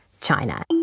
China